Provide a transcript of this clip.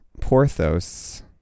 Porthos